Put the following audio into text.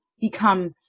become